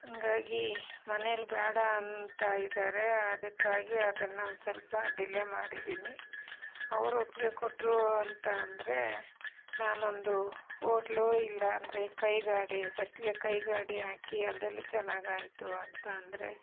ಹಾಗಾಗಿ ಮನೇಲಿ ಬೇಡ ಅಂತ ಇದ್ದಾರೆ ಅದಕ್ಕಾಗಿ ಅದನ್ನು ಒಂದು ಸ್ವಲ್ಪ ಡಿಲೆ ಮಾಡಿದ್ದೀನಿ ಅವರು ಒಪ್ಪಿಗೆ ಕೊಟ್ಟರು ಅಂತ ಅಂದರೆ ನಾನೊಂದು ಹೋಟ್ಲ್ ಇಲ್ಲ ಅಂದರೆ ಕೈಗಾಡಿ ಫಸ್ಟ್ಗೆ ಕೈಗಾಡಿ ಹಾಕಿ ಅದರಲ್ಲಿ ಚೆನ್ನಾಗಾಯಿತು ಅಂತ ಅಂದರೆ